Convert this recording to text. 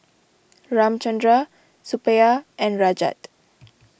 Ramchundra Suppiah and Rajat